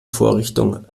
vorrichtung